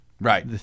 Right